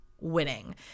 winning